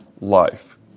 life